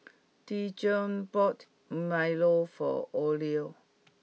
Dijon bought milo for Ole